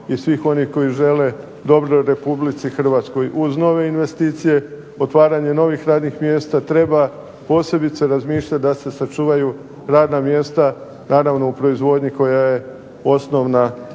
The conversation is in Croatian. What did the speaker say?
i svih onih koji žele dobro Republici Hrvatskoj. Uz nove investicije otvaranje novih radnih mjesta treba posebice razmišljat da se sačuvaju radna mjesta naravno u proizvodnji koja je osnovna